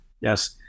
Yes